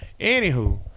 Anywho